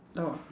door